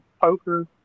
poker